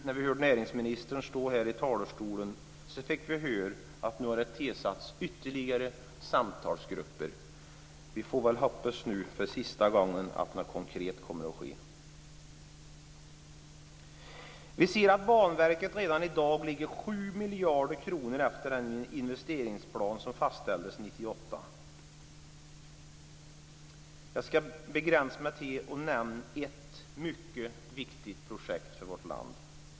När näringsministern stod här i talarstolen fick vi höra att det nu har tillsats ytterligare samtalsgrupper. Vi får väl för sista gången hoppas att något konkret kommer att ske. Vi ser att Banverket redan i dag ligger 7 miljarder kronor efter den investeringsplan som fastställdes 1998. Jag ska begränsa mig till att nämna ett mycket viktigt projekt för vårt land.